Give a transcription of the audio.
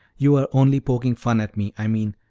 you were only poking fun at me i mean,